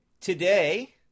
Today